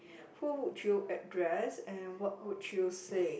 who would you address and what would you say